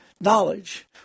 knowledge